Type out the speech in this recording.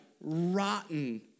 rotten